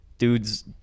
dudes